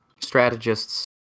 strategists